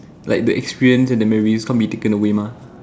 like the experience and the memories can't be taken away mah